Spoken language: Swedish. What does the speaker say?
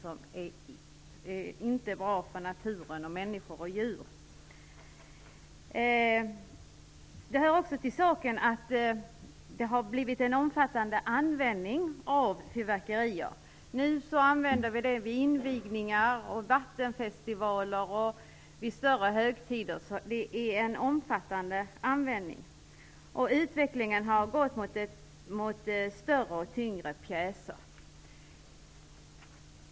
De är inte bra för naturen, människor och djur. Till saken hör också att användningen av fyrverkerier har blivit omfattande. Vi använder dem vi invigningar, vattenfestivaler och större högtider. Det är en omfattande användning. Utvecklingen har gått mot större och tyngre pjäser.